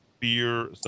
fear